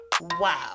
Wow